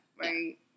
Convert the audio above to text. right